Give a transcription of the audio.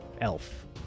elf